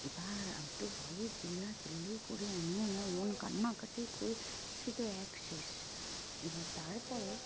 এবার আমি তো ভয়ে চিল্লাচিল্লি করে আমি আমার বোন কান্নাকাটি করে সে তো একশেষ এবার তার পরে